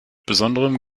besonderem